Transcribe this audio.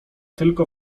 tylko